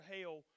hell